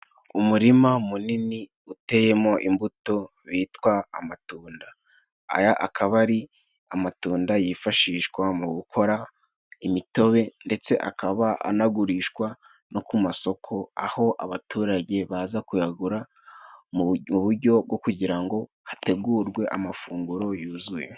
Umurima munini uteyemo imbuto bitwa amatunda. Aya akaba ari amatunda yifashishwa mu gukora imitobe ndetse akaba anagurishwa no ku masoko, aho abaturage baza kuyagura mu bujyo bwo kugira ngo hategurwe amafunguro yuzuye.